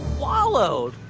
swallowed.